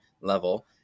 level